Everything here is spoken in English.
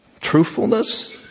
Truthfulness